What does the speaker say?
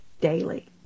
daily